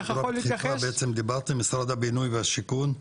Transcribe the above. משרד הבינוי והשיכון?